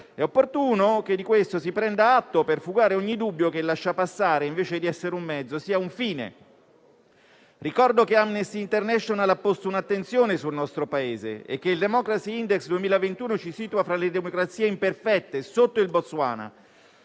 è opportuno che di questo si prenda atto, per fugare ogni dubbio che il lascia passare, invece di essere un mezzo, sia un fine. Ricordo che Amnesty International ha posto un'attenzione sul nostro Paese e che il *democracy index* 2021 ci situa fra le democrazie imperfette, sotto il Botswana.